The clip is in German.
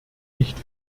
nicht